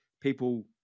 people